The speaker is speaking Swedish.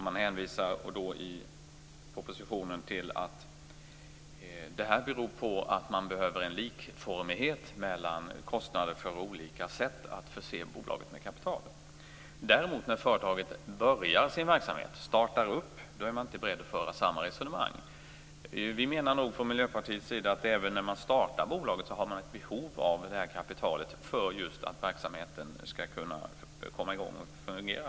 Man hänvisar i propositionen till att anledningen till detta är att det behövs en likformighet mellan kostnader för olika sätt att förse bolaget med kapital. Man är å andra sidan inte beredd att föra samma resonemang när företaget startar sin verksamhet. Vi menar från Miljöpartiets sida att även den som startar ett bolag har ett behov av detta kapital för att verksamheten skall kunna komma i gång och fungera.